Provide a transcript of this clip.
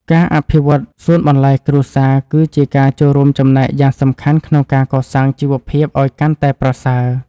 ការអភិវឌ្ឍសួនបន្លែគ្រួសារ គឺជាការចូលរួមចំណែកយ៉ាងសំខាន់ក្នុងការកសាងជីវភាពឱ្យកាន់តែប្រសើរ។